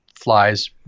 flies